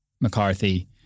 McCarthy